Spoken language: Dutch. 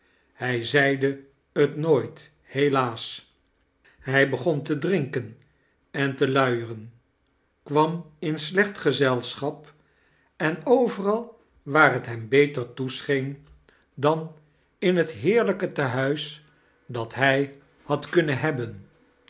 hij zeide t nooit helaa-s hij l egon te drinken en te liiiertn kwam in sleclit gezelschap en overal waar hot hem iwter tooscheen dan in het kerstvertellingen heerlijke tehuis dat liij had kunnen hebben